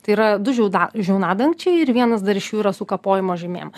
tai yra du žiauda žiaunadangčiai ir vienas dar iš jų yra su kapojimo žymėm